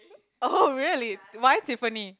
oh really why Tiffany